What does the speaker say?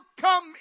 come